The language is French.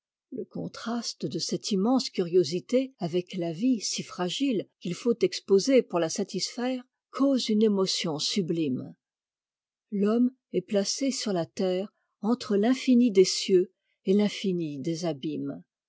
le contraste de cette immense curiosité avec la vie si fragite qu'il faut exposer pour la satisfaire cause une émotion sublime l'homme est placé sur la terre entre finfini des cieux et l'infini des abîmes